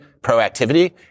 proactivity